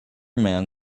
man